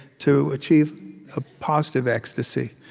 to achieve a positive ecstasy.